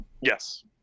Yes